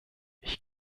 ich